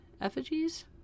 Effigies